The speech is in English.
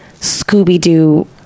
scooby-doo